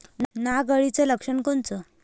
नाग अळीचं लक्षण कोनचं?